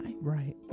right